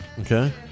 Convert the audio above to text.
Okay